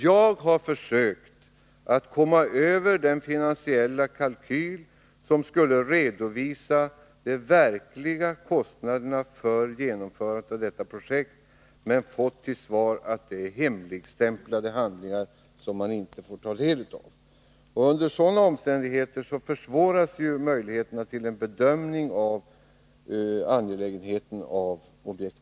Jag har försökt att komma över den finansiella kalkyl som skulle redovisa de verkliga kostnaderna för genomförandet av detta projekt men fått till svar att det är hemligstämplade handlingar, som man inte får ta del av. Under sådana omständigheter försvåras ju en bedömning av projektets angelägenhet.